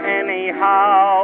anyhow